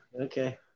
Okay